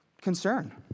concern